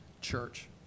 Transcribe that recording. church